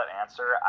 answer